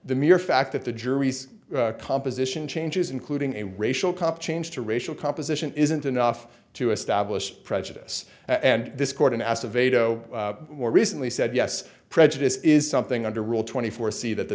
the mere fact that the jury's composition changes including a racial competence to racial composition isn't enough to establish prejudice and this court in acevedo more recently said yes prejudice is something under rule twenty four c that the